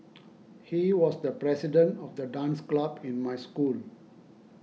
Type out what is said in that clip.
he was the president of the dance club in my school